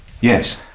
Yes